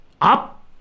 up